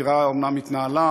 החקירה אומנם התנהלה,